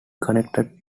connected